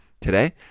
today